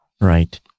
Right